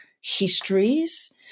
histories